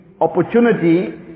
opportunity